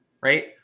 Right